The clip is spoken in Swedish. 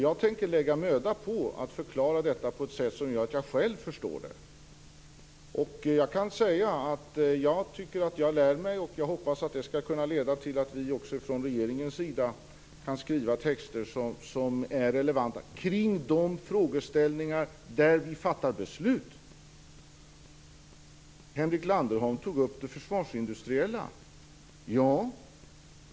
Jag tänker lägga möda på att förklara detta på ett sätt som gör att jag själv förstår det. Jag tycker att jag lär mig, och jag hoppas att det skall kunna leda till att vi också från regeringens sida kan skriva texter som är relevanta kring de frågeställningar där vi fattar beslut. Henrik Landerholm tog upp den försvarsindustriella frågan.